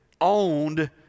owned